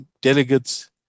delegates